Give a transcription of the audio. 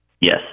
Yes